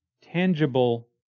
tangible